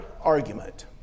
argument